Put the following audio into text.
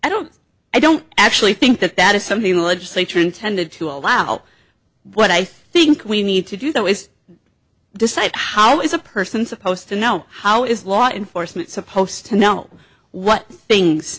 i don't i don't actually think that that is something the legislature intended to allow what i think we need to do though is decide how is a person supposed to know how is law enforcement supposed to know what things